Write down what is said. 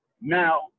now